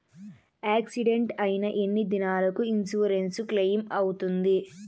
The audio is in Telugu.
యాక్సిడెంట్ అయిన ఎన్ని దినాలకు ఇన్సూరెన్సు క్లెయిమ్ అవుతుంది?